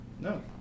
No